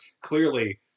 clearly